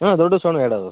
ಹ್ಞೂ ದೊಡ್ಡದು ಸಣ್ಣ ಗಾಡಿ ಅದು